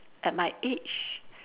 at my age